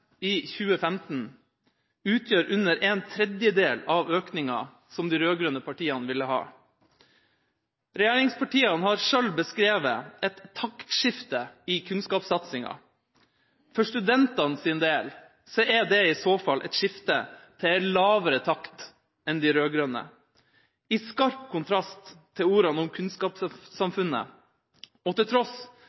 i 2015, utgjør under en tredjedel av økninga som de rød-grønne partiene ville ha. Regjeringspartiene har sjøl beskrevet et taktskifte i kunnskapssatsinga. For studentenes del er dette i så fall et skifte til en lavere takt enn de rød-grønnes, i skarp kontrast til ordene om kunnskapssamfunnet, og til tross